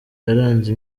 yaranze